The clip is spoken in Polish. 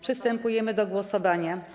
Przystępujemy do głosowania.